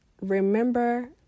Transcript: remember